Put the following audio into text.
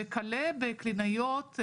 וכלה בקלינאיות,